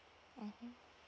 mmhmm